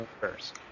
first